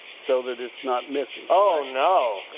so that it's not missing. oh, no!